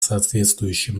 соответствующим